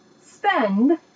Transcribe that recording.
spend